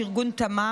ארגון תמר.